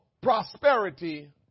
prosperity